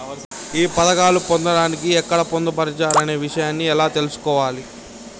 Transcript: ఈ పథకాలు పొందడానికి ఎక్కడ పొందుపరిచారు అనే విషయాన్ని ఎలా తెలుసుకోవాలి?